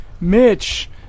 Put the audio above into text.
Mitch